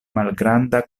malgranda